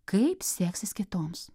kaip seksis kitoms